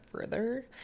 further